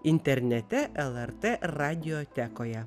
internete lrt radiotekoje